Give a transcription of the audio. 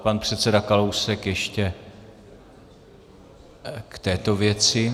Pan předseda Kalousek ještě k této věci.